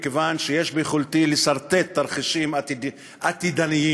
מכיוון שיש ביכולתי לסרטט תרחישים עתידניים.